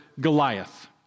Goliath